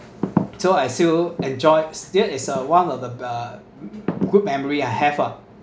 so I still enjoy still is uh one of the uh good memory I have ah